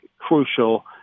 crucial